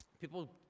People